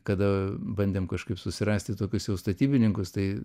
kada bandėm kažkaip susirasti tokius jau statybininkus tai